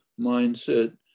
mindset